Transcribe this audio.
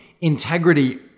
integrity